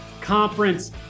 Conference